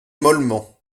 mollement